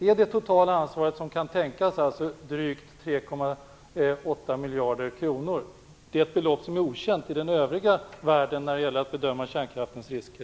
Är det totala ansvar som kan tänkas alltså drygt 3,8 miljarder kronor? Det är ett belopp som är okänt i den övriga världen när det gäller att bedöma kärnkraftens risker.